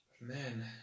Man